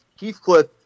Heathcliff